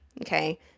okay